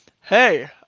Hey